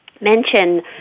mention